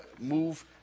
move